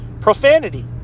Profanity